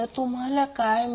तुम्हाला काय मिळेल